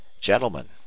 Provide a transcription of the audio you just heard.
Gentlemen